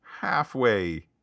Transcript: halfway